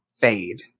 fade